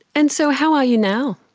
and so how are you now?